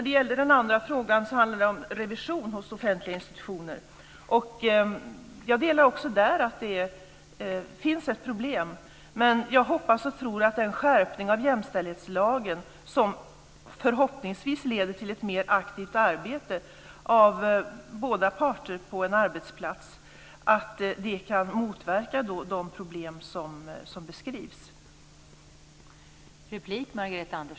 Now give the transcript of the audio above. Den andra frågan handlade om revision hos offentliga institutioner. Jag håller också där med om att det finns ett problem. Jag hoppas och tror att skärpningen av jämställdhetslagen, som förhoppningsvis leder till ett mer aktivt arbete av båda parter på en arbetsplats, kan motverka de problem som beskrivs.